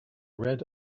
read